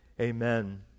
Amen